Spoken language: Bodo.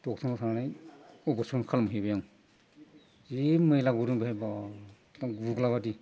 दथ'मायाव थांनानै अपारेसन खालामहैबाय आं जि मैला गदों बेहाय बा एकदम गुग्लाबायदि